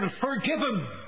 forgiven